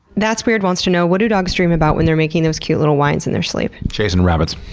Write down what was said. that's weird wants to know what do dogs dream about when they're making those cute little whines in their sleep? chasing rabbits.